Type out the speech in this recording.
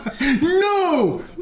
No